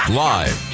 live